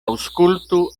aŭskultu